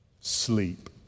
sleep